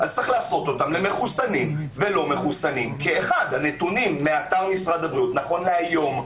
ולהערכתי מכיוון שכרגע אני הצבעתי פה אחד פשוטו כמשמעו בעד העניין,